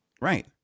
Right